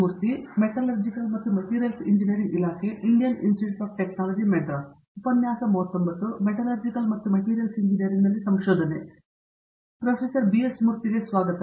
ಮುರ್ತಿಗೆ hello ಮತ್ತು ಸ್ವಾಗತ